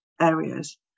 areas